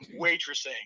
waitressing